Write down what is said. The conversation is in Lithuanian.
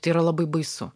tai yra labai baisu